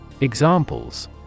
Examples